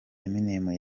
eminem